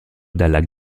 dal